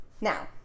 now